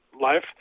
life